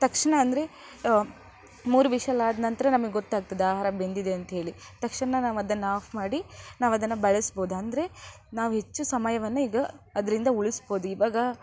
ತಕ್ಷಣ ಅಂದರೆ ಮೂರು ವಿಷಲ್ ಆದ ನಂತರ ನಮಗೆ ಗೊತ್ತಾಗ್ತದೆ ಆಹಾರ ಬೆಂದಿದೆ ಅಂತ್ಹೇಳಿ ತಕ್ಷಣ ನಾವದನ್ನು ಆಫ್ ಮಾಡಿ ನಾವದನ್ನು ಬಳಸ್ಬೋದು ಅಂದರೆ ನಾವು ಹೆಚ್ಚು ಸಮಯವನ್ನು ಈಗ ಅದರಿಂದ ಉಳಿಸ್ಬೋದು ಇವಾಗ